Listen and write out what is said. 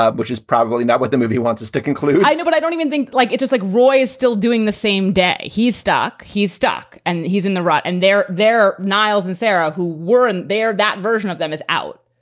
ah which is probably not what the movie wants us to conclude you know but i don't even think like it, just like roy is still doing the same day. he's stuck. he's stuck and he's in the right and they're there, niles and sara, who weren't there. that version of them is out.